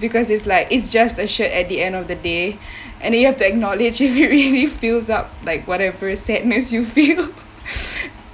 because it's like it's just a shirt at the end of the day and you have to acknowledge if it really fills up like whatever sadness you feel